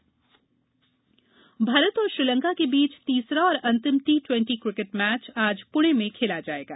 cricket Bharat और श्रीलंका के बीच तीसरा और अंतिम टी ट्वेंटी क्रिकेट मैच आज पुणे में खेला जाएगा